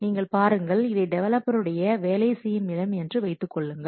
நீங்கள் பாருங்கள் இதை டெவலப்பருடைய வேலை செய்யும் இடம் என்று வைத்துக்கொள்ளுங்கள்